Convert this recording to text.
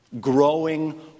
growing